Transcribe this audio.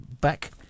back